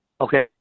Okay